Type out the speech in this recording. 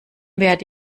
werde